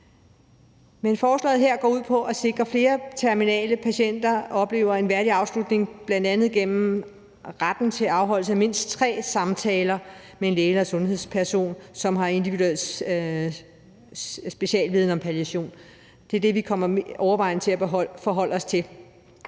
Men forslaget her går ud på at sikre, at flere terminale patienter oplever at få en værdig afslutning, bl.a. igennem retten til afholdelse af mindst tre samtaler med en læge eller en anden sundhedsperson, som har specialviden om palliation. Det er det, vi overvejende kommer til at forholde os til.